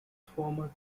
former